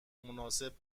مناسب